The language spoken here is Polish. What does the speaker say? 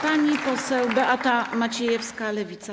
Pani poseł Beata Maciejewska, Lewica.